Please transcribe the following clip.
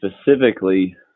specifically